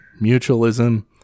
mutualism